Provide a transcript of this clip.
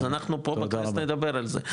אז אנחנו פה בכנסת נדבר על זה.